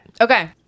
okay